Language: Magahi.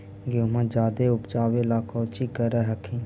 गेहुमा जायदे उपजाबे ला कौची कर हखिन?